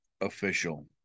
official